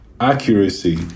accuracy